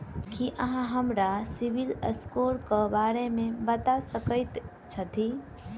की अहाँ हमरा सिबिल स्कोर क बारे मे बता सकइत छथि?